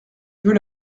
veux